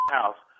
house